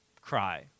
cry